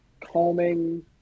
calming